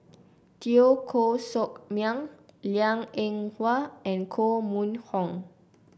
Teo Koh Sock Miang Liang Eng Hwa and Koh Mun Hong